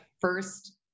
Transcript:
first